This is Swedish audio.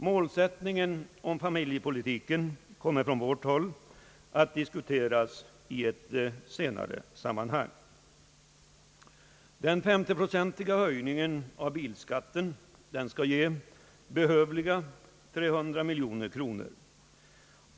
Målsättningen för familjepolitiken kommer från vårt håll att diskuteras i ett senare sammanhang. Den 50-procentiga höjningen av bilskatten skall ge behövliga 300 miljoner kronor.